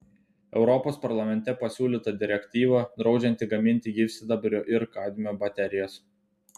europos parlamente pasiūlyta direktyva draudžianti gaminti gyvsidabrio ir kadmio baterijas